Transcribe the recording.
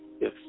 Yes